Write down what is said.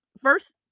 first